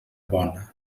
bona